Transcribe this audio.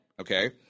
okay